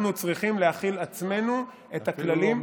אנחנו צריכים להחיל על עצמנו את הכללים,